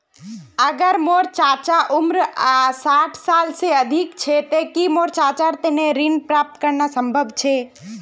अगर मोर चाचा उम्र साठ साल से अधिक छे ते कि मोर चाचार तने ऋण प्राप्त करना संभव छे?